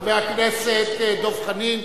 חבר הכנסת דב חנין.